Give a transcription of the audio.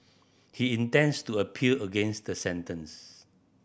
he intends to appeal against the sentence